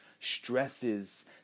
stresses